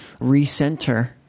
recenter